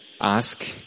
Ask